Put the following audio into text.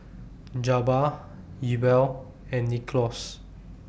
Jabbar Ewell and Nicklaus